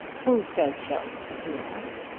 who says so? he asked.